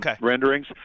renderings